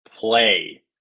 play